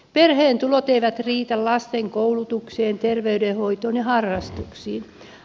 perheen tulot eivät riitä lasten koulutukseen terveydenhoitoon ja harrastuksiin